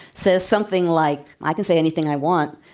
says something like, i can say anything i want.